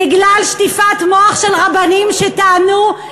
מה זה קשור?